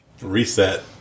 Reset